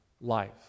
life